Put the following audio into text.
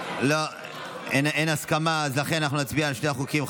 לא, אין הסכמה, לכן אנחנו נצביע על שני החוקים.